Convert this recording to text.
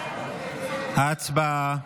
הצבעה.